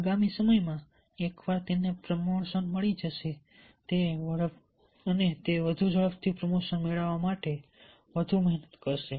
આગામી સમયમાં એકવાર તેને પ્રમોશન મળી જશે તે વધુ ઝડપથી પ્રમોશન મેળવવા માટે વધુ મહેનત કરશે